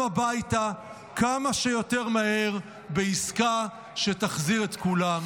הביתה כמה שיותר מהר בעסקה שתחזיר את כולם.